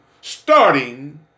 starting